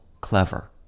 clever